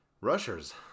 rushers